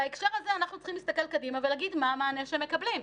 בהקשר הזה אנחנו צריכים להסתכל קדימה ולהגיד מה המענה שמקבלים.